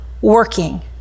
working